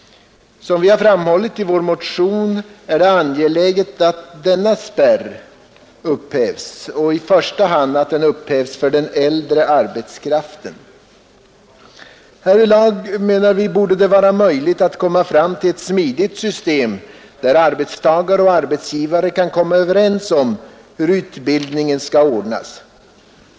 Som vi har framhållit i vår motion är det angeläget att denna spärr upphävs, i första hand för den äldre arbetskraften. Härvidlag borde det vara möjligt att nå fram till ett smidigt system, där arbetstagare och arbetsgivare kan komma överens om hur utbildningen skall ordnas.